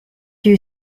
few